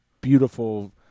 beautiful